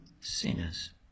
sinners